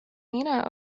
mina